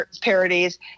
parodies